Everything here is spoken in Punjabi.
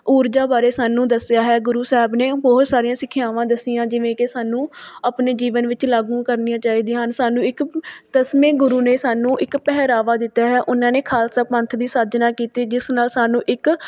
ਊਰਜਾ ਬਾਰੇ ਸਾਨੂੰ ਦੱਸਿਆ ਹੈ ਗੁਰੂ ਸਾਹਿਬ ਨੇ ਬਹੁਤ ਸਾਰੀਆਂ ਸਿੱਖਿਆਵਾਂ ਦੱਸੀਆਂ ਜਿਵੇਂ ਕਿ ਸਾਨੂੰ ਆਪਣੇ ਜੀਵਨ ਵਿੱਚ ਲਾਗੂ ਕਰਨੀਆਂ ਚਾਹੀਦੀਆਂ ਹਨ ਸਾਨੂੰ ਇੱਕ ਦਸਵੇਂ ਗੁਰੂ ਨੇ ਸਾਨੂੰ ਇੱਕ ਪਹਿਰਾਵਾ ਦਿੱਤਾ ਹੈ ਉਹਨਾਂ ਨੇ ਖਾਲਸਾ ਪੰਥ ਦੀ ਸਾਜਨਾ ਕੀਤੀ ਜਿਸ ਨਾਲ ਸਾਨੂੰ ਇੱਕ